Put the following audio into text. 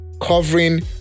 covering